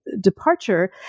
departure